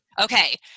Okay